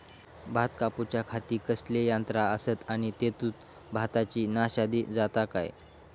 भात कापूच्या खाती कसले यांत्रा आसत आणि तेतुत भाताची नाशादी जाता काय?